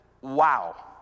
wow